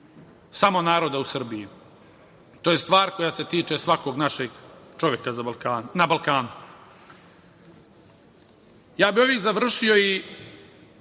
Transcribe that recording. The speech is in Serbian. samo naroda u Srbiji. To je star stvar koja se tiče svakog našeg čoveka na Balkanu. Ovim bih završio i